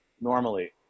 normally